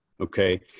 Okay